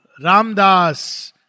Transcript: Ramdas